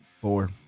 Four